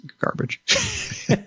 garbage